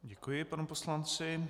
Děkuji panu poslanci.